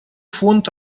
фонд